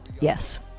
Yes